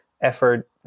effort